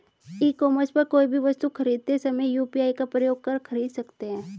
ई commerce पर कोई भी वस्तु खरीदते समय यू.पी.आई का प्रयोग कर खरीद सकते हैं